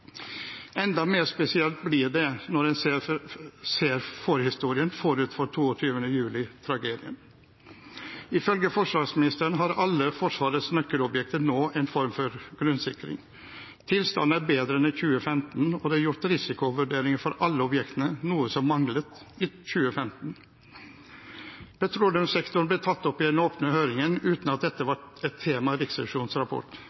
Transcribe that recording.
Enda mer spesielt blir det når en ser historien forut for 22. juli-tragedien. Ifølge forsvarsministeren har alle Forsvarets nøkkelobjekter nå en form for grunnsikring. Tilstanden er bedre enn i 2015, og det er gjort risikovurderinger for alle objektene, noe som manglet i 2015. Petroleumssektoren ble tatt opp i den åpne høringen, uten at dette var et tema i Riksrevisjonens rapport.